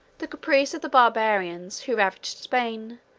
the caprice of the barbarians, who ravaged spain,